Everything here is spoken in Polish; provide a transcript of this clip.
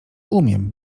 umiem